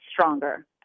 stronger